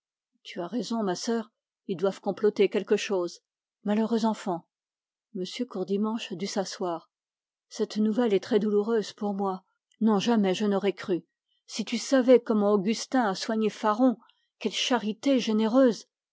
tu as raison ma sœur ils doivent comploter quelque chose malheureux enfant m courdimanche dut s'asseoir cette nouvelle est très douloureuse pour moi non jamais je n'aurais cru si tu savais comment augustin a soigné faron quelle charité généreuse